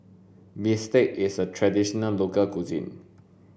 bistake is a traditional local cuisine